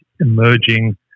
emerging